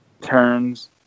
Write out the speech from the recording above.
turns